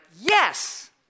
yes